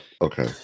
okay